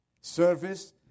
service